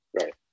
right